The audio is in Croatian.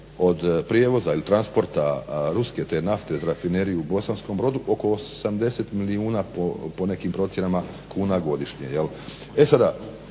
od prijevoza ili transporta ruske te nafte, rafineriju u Bosanskom Brodu oko 80 milijuna po nekim procjenama kuna godišnje.